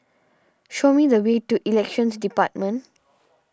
show me the way to Elections Department